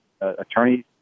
Attorneys